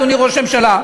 אדוני ראש הממשלה.